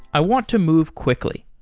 i want to move quickly.